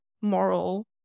moral